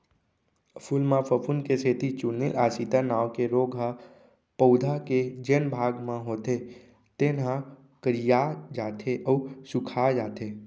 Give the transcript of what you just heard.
फूल म फफूंद के सेती चूर्निल आसिता नांव के रोग ह पउधा के जेन भाग म होथे तेन ह करिया जाथे अउ सूखाजाथे